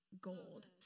gold